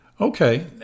Okay